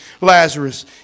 Lazarus